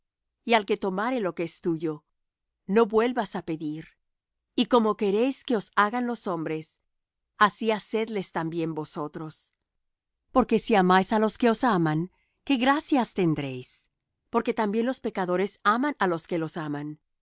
y al que tomare lo que es tuyo no vuelvas á pedir y como queréis que os hagan los hombres así hacedles también vosotros porque si amáis á los que os aman qué gracias tendréis porque también los pecadores aman á los que los aman